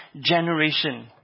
generation